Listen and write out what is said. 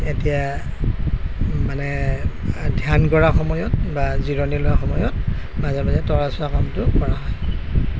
এতিয়া মানে ধ্য়ান কৰা সময়ত বা জিৰণি লোৱা সময়ত মাজে মাজে তৰা চোৱা কামটো কৰা হয়